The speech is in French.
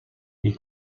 les